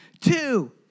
two